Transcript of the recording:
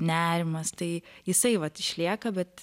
nerimas tai jisai vat išlieka bet